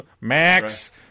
max